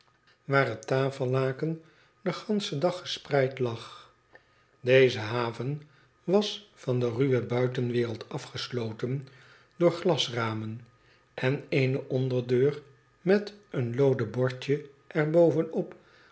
waar het tafellaken den ganschen dag gespreid lag deze haven was van de ruwe buitenwereld gesloten door glasramen en eene onderdeur met een looden bordje er bovenop